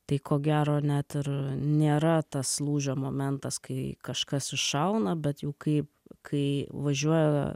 tai ko gero net ir nėra tas lūžio momentas kai kažkas iššauna bet jau kai kai važiuoja